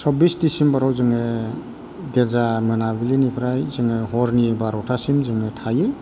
चब्बिस डिसिम्बराव जोङो गिर्जा मोनाबिलिनिफ्राय जोङो हरनि बार'टासिम जोङो थायो